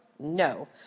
No